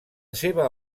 seva